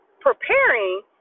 preparing